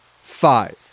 five